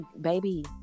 baby